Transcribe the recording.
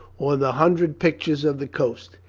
or the hundred pictures of the coast.